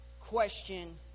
question